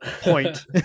point